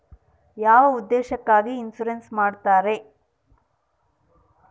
ಯಾವ ಉದ್ದೇಶಕ್ಕಾಗಿ ಇನ್ಸುರೆನ್ಸ್ ಮಾಡ್ತಾರೆ?